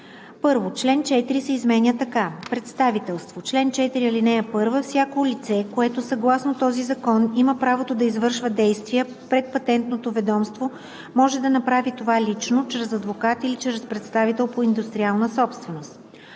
1. Член 4 се изменя така: „Представителство Чл. 4. (1) Всяко лице, което съгласно този закон има правото да извършва действия пред Патентното ведомство, може да направи това лично, чрез адвокат или чрез представител по индустриална собственост.